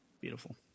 Beautiful